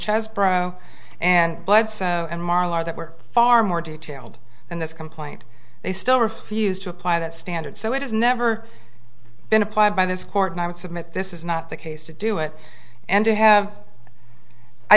chaz bro and bledsoe and marl are that were far more detailed and this complaint they still refused to apply that standard so it has never been applied by this court and i would submit this is not the case to do it and to have i